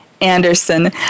Anderson